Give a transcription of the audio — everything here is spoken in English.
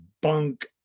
bunk